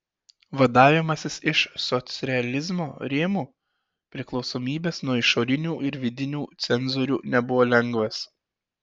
vadavimasis iš socrealizmo rėmų iš priklausomybės nuo išorinių ir vidinių cenzorių nebuvo lengvas